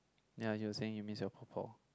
ya you were saying you miss your por-por